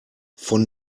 von